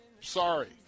Sorry